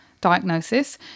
diagnosis